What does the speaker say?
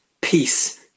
peace